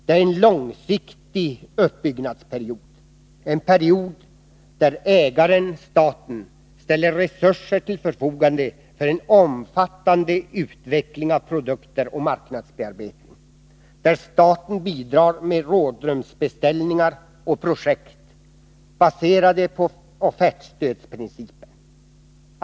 Det är en långsiktig uppbyggnadsperiod, en period där ägaren-staten ställer resurser till förfogande för en omfattande utveckling av produkter och marknadsbearbetning, där staten bidrar med rådrumsbeställningar och projekt baserade på offertstödsprincipen.